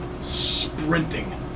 sprinting